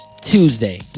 Tuesday